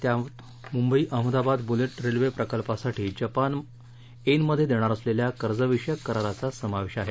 त्यात Mumbai Ahmedabad bullet railway प्रकल्पासाठी Japan येनमध्ये देणार असलेल्या कर्जविषयक कराराचा समावेश आहे